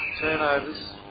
turnovers